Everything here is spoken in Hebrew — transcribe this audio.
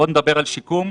בואו נדבר על שיקום.